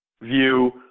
view